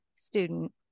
student